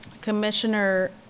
Commissioner